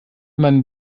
man